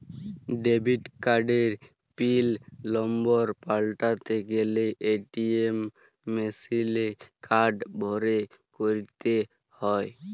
debit কার্ডের pin number পাল্টাতে গ্যালে এ.টি.এম মেশিলে কার্ড ভরে ক্যরতে হ্য়য়